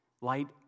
Light